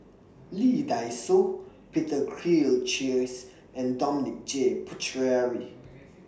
Lee Dai Soh Peter and Dominic J Puthucheary